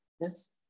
Yes